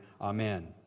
Amen